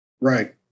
Right